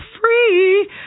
free